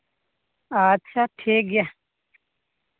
ᱟᱪᱪᱷᱟ ᱴᱷᱤᱠ ᱜᱮᱭᱟ